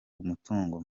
umutungo